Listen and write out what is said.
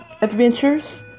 adventures